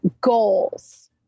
goals